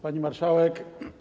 Pani Marszałek!